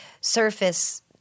surface